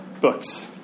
books